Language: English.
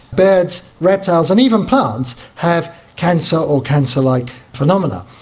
birds, reptiles, and even plants have cancer or cancer-like phenomena.